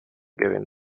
given